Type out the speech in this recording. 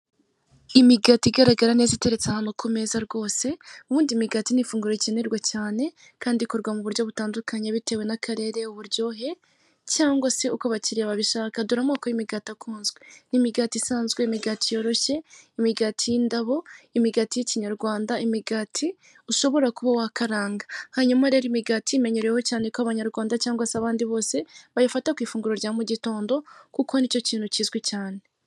Imigati igaragara neza iteretse ahantu kumeza rwose, ubundi imigati n'ifunguro rikenerwa cyane kandi ikorwa mu buryo butandukanye bitewe n'akarere uburyohe cyangwa se uko abakiriya babishaka, dore amoko y'imigati akunzwe: ni imigati isanzwe, imigati yoroshye, imigati y'indabo, imigati y'ikinyarwanda, imigati ushobora kuba wakaranga hanyuma rero imigati imenyerewe cyane ko abanyarwanda cyangwa se abandi bose bayifata ku ifunguro rya mu gitondo kuko nicyo kintu kizwi cyane.